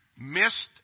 missed